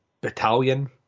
battalion